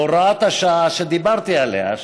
הוראת השעה שדיברתי עליה,